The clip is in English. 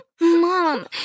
Mom